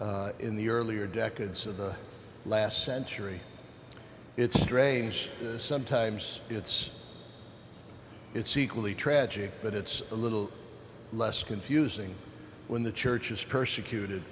else in the earlier decades of the last century it's strange sometimes it's it's equally tragic but it's a little less confusing when the church is persecuted